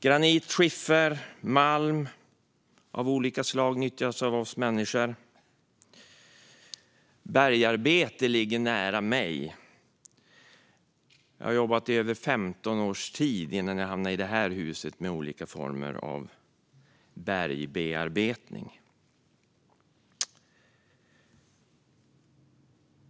Granit, skiffer och malm av olika slag nyttjas av oss människor. Bergarbete ligger nära mig; jag har i över 15 års tid, innan jag hamnade i det här huset, jobbat med olika former av bergbearbetning.